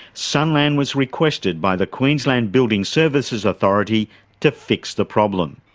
sunland was requested by the queensland building services authority to fix the problem.